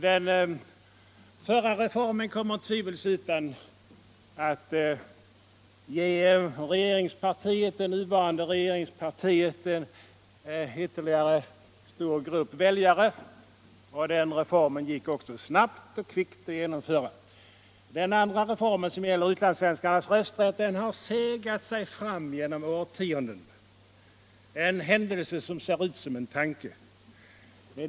Den förra reformen kommer tvivelsutan att ge det nuvarande regeringspartiet ytterligare en stor grupp väljare, och den reformen gick också att genomföra snabbt. Den andra reformen, som gäller utlandssvenskarnas rösträtt, har segat sig fram genom årtiondena. Det är en händelse som ser ut som en tanke.